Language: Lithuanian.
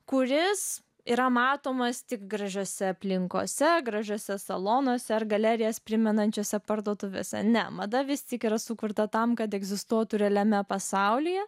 kuris yra matomas tik gražiose aplinkose gražiuose salonuose ar galerijas primenančiose parduotuvėse ne mada vis tik yra sukurta tam kad egzistuotų realiame pasaulyje